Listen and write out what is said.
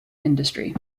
industry